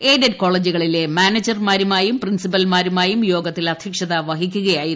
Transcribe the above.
A കോളേജുകളിലെ യ്ഡഡ് മാനേജർമാരുമായും പ്രിൻസിപ്പൽമാരുമായും യോഗത്തിൽ അധ്യക്ഷത വഹിക്കുകയായിരുന്നു